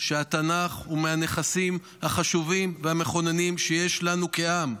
שהתנ"ך הוא מהנכסים החשובים והמכוננים שיש לנו כעם,